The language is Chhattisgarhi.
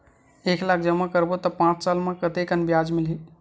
एक लाख जमा करबो त पांच साल म कतेकन ब्याज मिलही?